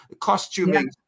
costuming